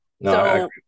No